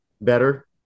better